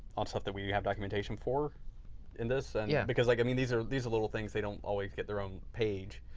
um stuff that we we have documentation for in this, yeah because, like i mean these little these little things, they don't always get their own page,